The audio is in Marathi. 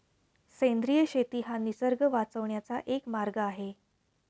सेंद्रिय शेती हा निसर्ग वाचवण्याचा एक मार्ग आहे